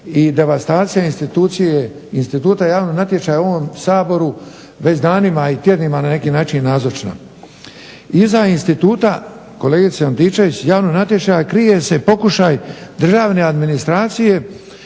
i devastacija instituta javnog natječaja u ovom Saboru već danima i tjednima na neki način nazočna. Iza instituta, kolegice Antičević, javnog natječaja krije se pokušaj državne administracije